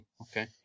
Okay